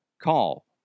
Call